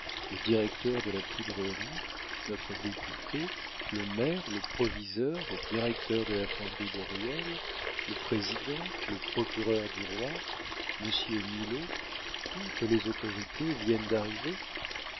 le directeur de la poudrerie notre député le maire le proviseur le directeur de la fonderie de ruelle le président le procureur du roi monsieur milaud toutes les autorités viennent d'arriver